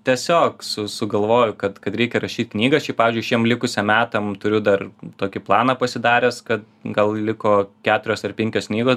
tiesiog su sugalvoju kad kad reikia rašyt knygą šiaip pavyzdžiui šiem likusiem metam turiu dar tokį planą pasidaręs kad gal liko keturios ar penkios knygos